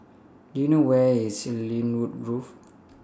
Do YOU know Where IS Lynwood Grove